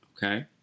Okay